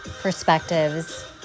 perspectives